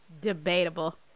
debatable